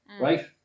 right